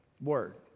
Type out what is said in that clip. Word